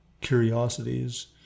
curiosities